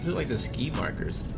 like this key partners